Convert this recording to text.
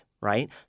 right